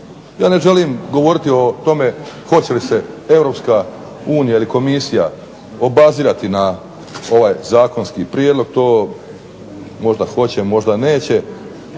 Ja ne želim govoriti o tome hoće li se Europska unija ili komisija obazirati na ovaj Zakonski prijedlog, možda hoće, možda neće,